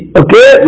okay